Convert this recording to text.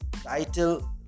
Title